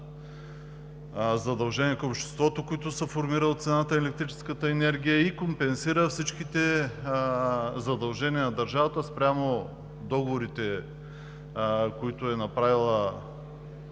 задължения към обществото, което се формира от цената на електрическата енергия, и компенсира всички задължения на държавата спрямо договорите, направени,